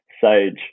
Sage